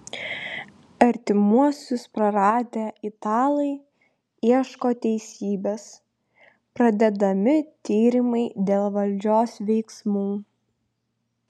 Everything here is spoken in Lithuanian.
artimuosius praradę italai ieško teisybės pradedami tyrimai dėl valdžios veiksmų